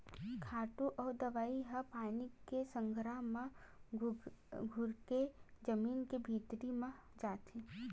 खातू अउ दवई ह पानी के संघरा म घुरके जमीन के भीतरी म जाथे